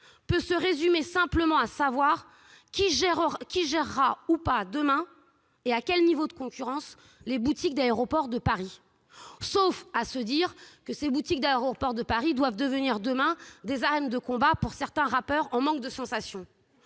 peut-il se résumer simplement à savoir qui gérera ou pas demain, et selon quel niveau de concurrence, les boutiques d'Aéroports de Paris, sauf à se dire que ces boutiques doivent devenir demain des arènes de combat pour certains rappeurs en manque de sensations